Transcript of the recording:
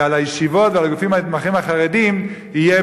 ועל הישיבות ועל הגופים הנתמכים החרדיים יהיו